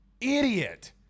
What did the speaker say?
Idiot